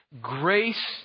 Grace